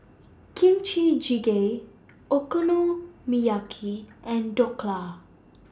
Kimchi Jjigae Okonomiyaki and Dhokla